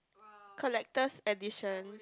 collector's edition